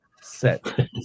set